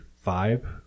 five